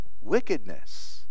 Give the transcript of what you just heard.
wickedness